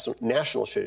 national